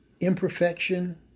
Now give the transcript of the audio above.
imperfection